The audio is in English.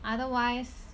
otherwise